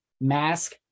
mask